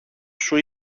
σου